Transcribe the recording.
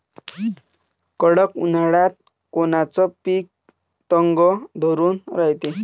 कडक उन्हाळ्यात कोनचं पिकं तग धरून रायते?